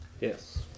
Yes